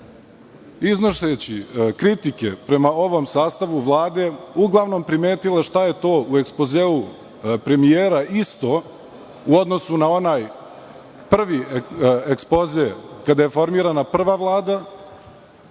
iznoseći kritike prema ovom sastavu Vlade, primetila šta je to u ekspozeu premijera isto u odnosu na onaj prvi ekspoze kada je formirana prva Vlada.